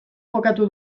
jokatu